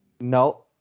No